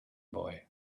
boy